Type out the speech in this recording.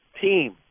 team